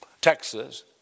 Texas